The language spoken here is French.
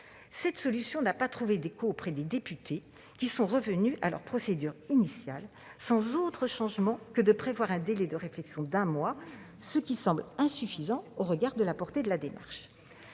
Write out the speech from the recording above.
Cette solution n'a pas trouvé d'écho auprès des députés qui sont revenus à leur procédure initiale, sans autre changement que celui de prévoir un délai de réflexion d'un mois, ce qui semble insuffisant au regard de la portée de la démarche.